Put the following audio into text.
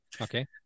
Okay